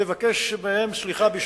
תבקש מהם סליחה בשמי,